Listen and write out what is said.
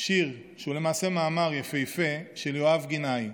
שיר שהוא למעשה מאמר יפהפה, של יואב גינאי: